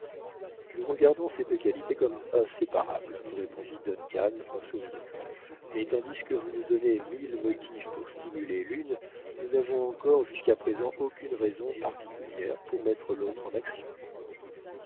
nous regardons ces deux qualités comme inséparables répondit duncan en souriant mais tandis que vous nous donnez mille motifs pour stimuler l'une nous n'avons encore jusqu'à présent aucune raison particulière pour mettre l'autre en action